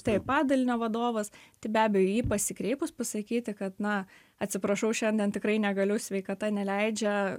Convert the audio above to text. taip padalinio vadovas tai be abejo į jį pasikreipus pasakyti kad na atsiprašau šiandien tikrai negaliu sveikata neleidžia